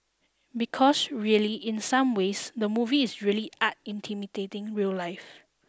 because really in some ways the movie is really art intimidating real life